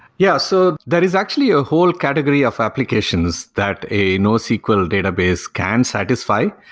yeah, so that is actually a whole category of applications that a nosql database can satisfy.